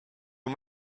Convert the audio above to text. kui